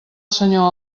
senyor